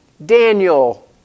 Daniel